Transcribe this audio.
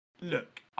look